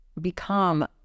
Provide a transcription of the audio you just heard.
become